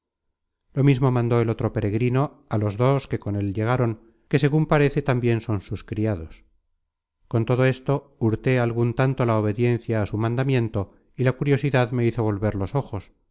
lo mismo mandó el otro peregrino á los dos que con él llegaron que segun parece tambien son sus criados con todo esto hurté algun tanto la obediencia á su mandamiento y la curiosidad n content from google book search generated at me hizo volver los ojos